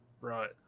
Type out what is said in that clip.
right